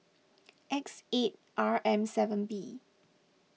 X eight R M seven B